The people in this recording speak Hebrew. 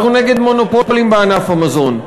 אנחנו נגד מונופולים בענף המזון.